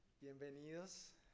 Bienvenidos